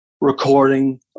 recording